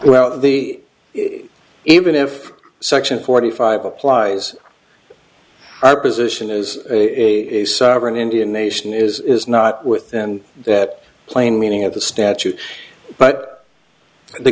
well the even if section forty five applies our position is a sovereign indian nation is not within that plain meaning of the statute but the